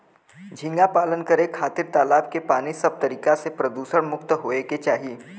झींगा पालन करे खातिर तालाब के पानी सब तरीका से प्रदुषण मुक्त होये के चाही